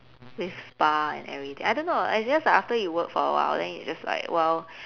with spa and everything I don't know I guess like after you work for a while then you just like well